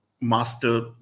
master